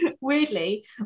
Weirdly